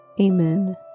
Amen